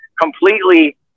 completely